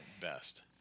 best